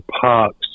Parks